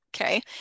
Okay